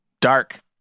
dark